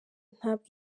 ntabwo